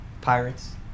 pirates